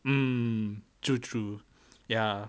mm true true ya